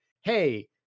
hey